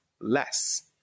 less